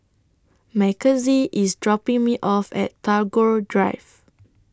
Makenzie IS dropping Me off At Tagore Drive